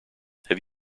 have